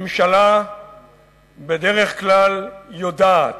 ממשלה בדרך כלל יודעת,